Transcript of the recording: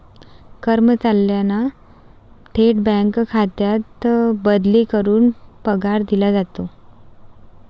कर्मचाऱ्यांना थेट बँक खात्यात बदली करून पगार दिला जातो